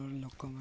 ଲୋକମାନେ